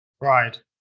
Right